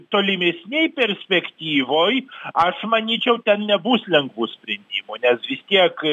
tolimesnėj perspektyvoj aš manyčiau ten nebus lengvų sprendimų nes vis tiek